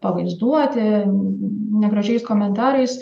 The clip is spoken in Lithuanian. pavaizduoti negražiais komentarais